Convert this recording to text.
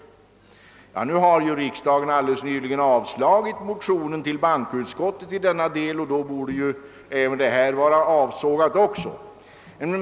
Riksdagen har emellertid alldeles nyligen avslagit motionärernas yrkande i denna del, som behandlats av bankoutskottet, och därmed borde även detta förslag falla.